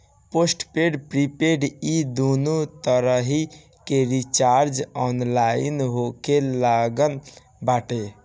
postpaid prepaid इ दूनो तरही के रिचार्ज ऑनलाइन होखे लागल बाटे